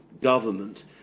government